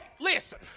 listen